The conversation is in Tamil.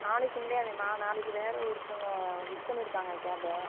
நாளைக்கு முடியாதேம்மா நாளைக்கு வேறு ஒருத்தவங்க புக் பண்ணியிருக்காங்க கேப்பை